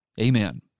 Amen